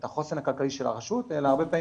את החוסן הכלכלי של הרשות אלא הרבה פעמים